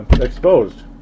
exposed